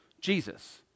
Jesus